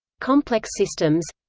complex systems